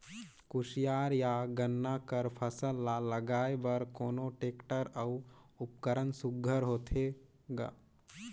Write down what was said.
कोशियार या गन्ना कर फसल ल लगाय बर कोन टेक्टर अउ उपकरण सुघ्घर होथे ग?